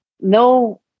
No